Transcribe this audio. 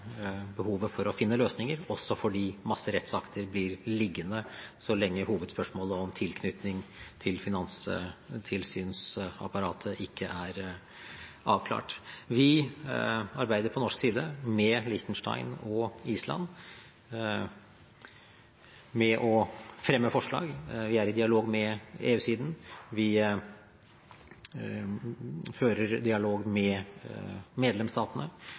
behovet for å finne løsninger, også fordi en masse rettsakter blir liggende så lenge hovedspørsmålet om tilknytning til finanstilsynsapparatet ikke er avklart. Vi arbeider på norsk side med Liechtenstein og Island med å fremme forslag. Vi er i dialog med EU-siden. Vi fører dialog med medlemsstatene.